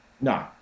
No